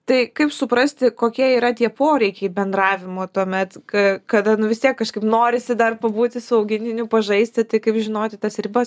tai kaip suprasti kokie yra tie poreikiai bendravimo tuomet ka kada vis tiek kažkaip norisi dar pabūti su augintiniu pažaisti tai kaip žinoti tas ribas